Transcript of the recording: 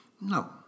No